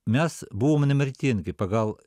mes buvom nemirtingi pagal